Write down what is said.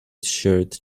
shirt